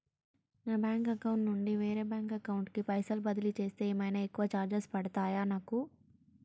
నా bank account నుండి వేరే బ్యాంక్ అకౌంట్ కి పైసల్ బదిలీ చేస్తే ఏమైనా ఎక్కువ చార్జెస్ పడ్తయా నాకు?